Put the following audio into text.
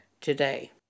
today